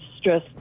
stress